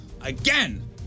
Again